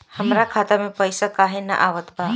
हमरा खाता में पइसा काहे ना आवत बा?